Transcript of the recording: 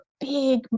big